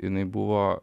jinai buvo